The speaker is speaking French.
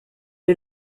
est